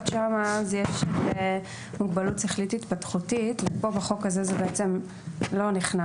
עם מוגבלות שכלית התפתחותית ובחוק הזה זה לא נכנס.